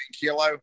kilo